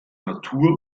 natur